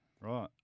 Right